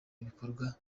ibikorwa